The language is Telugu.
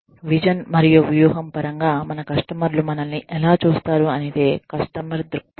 విజన్ మరియు వ్యూహం పరంగా మన కస్టమర్లు మనల్ని ఎలా చూస్తారు అనేదే కస్టమర్ దృక్పథం